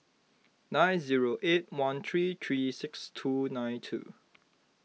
nine zero eight one three three six two nine two